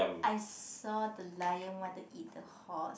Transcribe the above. I saw the lion want to eat the horse